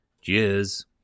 Cheers